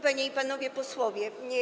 Panie i Panowie Posłowie!